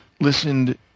listened